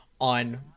on